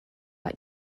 got